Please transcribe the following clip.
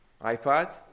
iPad